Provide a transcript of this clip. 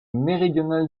méridional